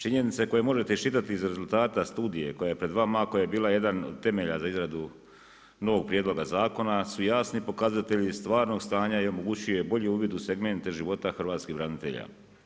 Činjenice koje možete iščitati iz rezultata studije koje je pred vama, a koje je bila jedan od temelja za izradu novoga prijedloga zakona, su jasni pokazatelji i stvarnog stanja i omogućuje bolji uvjet u segmente života hrvatskih branitelja.